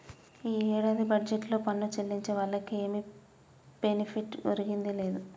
ఈ ఏడాది బడ్జెట్లో పన్ను సెల్లించే వాళ్లకి ఏమి బెనిఫిట్ ఒరిగిందే లేదు